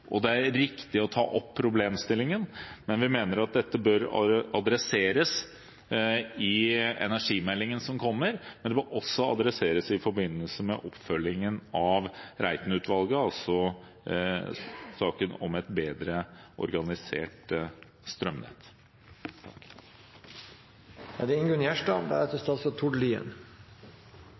og det er riktig å ta opp problemstillingen. Vi mener at dette bør adresseres i energimeldingen som kommer, men det bør også adresseres i forbindelse med oppfølgingen av Reiten-utvalget, altså i saken om et bedre organisert strømnett. Mellom dei mest verdifulle fortrinna som det